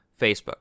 Facebook